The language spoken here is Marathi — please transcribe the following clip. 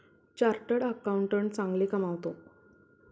चार्टर्ड अकाउंटंट चांगले कमावतो